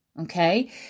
Okay